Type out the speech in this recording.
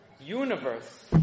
universe